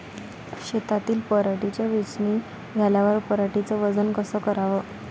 शेतातील पराटीची वेचनी झाल्यावर पराटीचं वजन कस कराव?